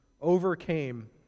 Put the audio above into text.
overcame